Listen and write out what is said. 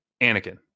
Anakin